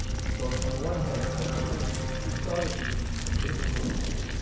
so on on the one hand, i think he he saw this as ah a bit of a relief,